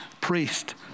priest